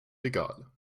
egal